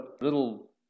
little